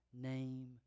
name